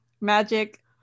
magic